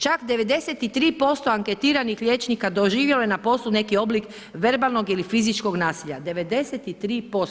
Čak 93% anketiranih liječnika doživjelo je na poslu neki oblik verbalnog ili fizičkog nasilja, 93%